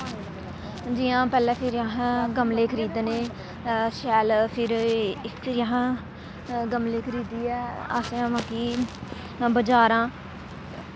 जि'यां पैह्लें फ्हिरी असें गमले खरीदने शैल फिर फिरी असें गमले खरीदियै असें मतलब कि बजारां